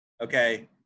Okay